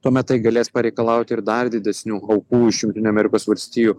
tuomet tai galės pareikalauti ir dar didesnių aukų iš jungtinių amerikos valstijų